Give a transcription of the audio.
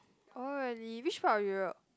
oh really which part of Europe